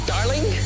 Darling